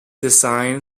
design